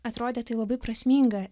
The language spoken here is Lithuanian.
atrodė tai labai prasminga